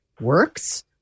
works